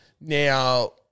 Now